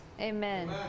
Amen